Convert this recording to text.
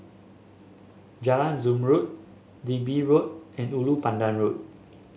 Jalan Zamrud Digby Road and Ulu Pandan Road